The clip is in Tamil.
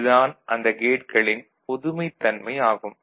இது தான் அந்த கேட்களின் பொதுமைத்தன்மை ஆகும்